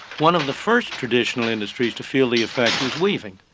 one of the first traditional industries to feel the effects was weaving.